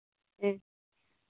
ᱦᱮᱸ